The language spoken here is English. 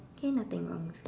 K nothing wrong